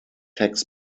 tax